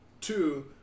two